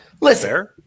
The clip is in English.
Listen